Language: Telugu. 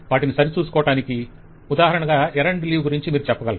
వాటిని సరిచూసుకోవటానికి ఉదాహరణగా ఎరండు లీవ్ గురించి మీరు చెప్పగలరు